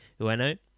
Ueno